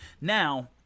now